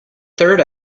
third